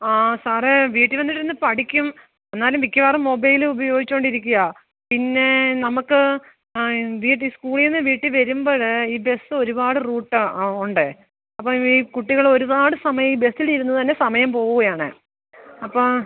ആ സാറേ വീട്ടിൽ വന്നിരുന്ന് പഠിക്കും എന്നാലും മിക്കവാറും മൊബൈൽ ഉപയോഗിച്ചുകൊണ്ട് ഇരിക്കുകയാ പിന്നെ നമുക്ക് ആ ഇത് സ്കൂളീന്ന് വീട്ടിൽ വരുമ്പഴ് ഈ ബസ് ഒരുപാട് റൂട്ട് ആ ഉണ്ടേ അപ്പോൾ ഈ കുട്ടികൾ ഒരുപാട് സമയം ഈ ബസ്സിലിരുന്ന് തന്നെ സമയം പോവുകയാണ് അപ്പോൾ